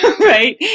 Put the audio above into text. right